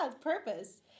purpose